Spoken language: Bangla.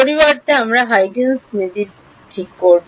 পরিবর্তে আমরা Huygens নীতি ঠিক করব